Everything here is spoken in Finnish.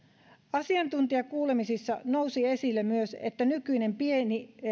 asiantuntijakuulemisissa nousi esille myös että nykyinen